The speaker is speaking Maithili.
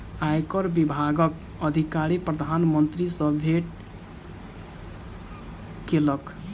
आयकर विभागक अधिकारी प्रधान मंत्री सॅ भेट केलक